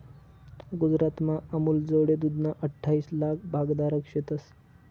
गुजरातमा अमूलजोडे दूधना अठ्ठाईस लाक भागधारक शेतंस